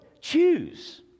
choose